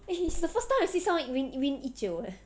eh she's the first time I see someone win win 一九 eh